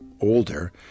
older